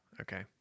Okay